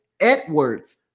Edwards